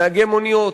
נהגי מוניות.